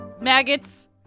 maggots